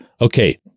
okay